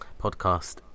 podcast